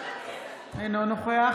גם לך יש.